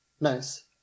Nice